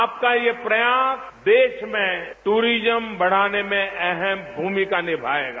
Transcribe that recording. आपका यह प्रयास देश में टूरिज्म बढ़ाने में अहम भूमिका निभाएगा